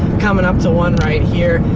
coming up to one right here,